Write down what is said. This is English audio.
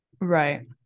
Right